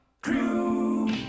Crew